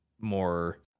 more